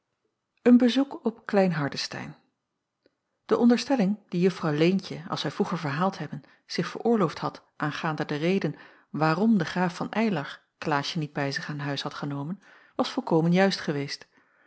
een bezoek op klein hardestein de onderstelling die juffrouw leentje als wij vroeger verhaald hebben zich veroorloofd had aangaande de reden waarom de graaf van eylar klaasje niet bij zich aan huis had genomen was volkomen juist geweest